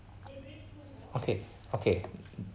okay okay